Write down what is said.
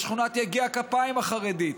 בשכונת יגיע כפיים החרדית,